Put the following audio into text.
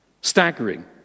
Staggering